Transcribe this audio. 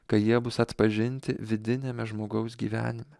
kai jie bus atpažinti vidiniame žmogaus gyvenime